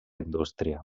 indústria